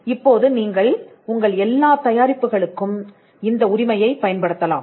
இப்போது நீங்கள் உங்கள் எல்லா தயாரிப்புகளுக்கும் இந்த உரிமையை பயன்படுத்தலாம்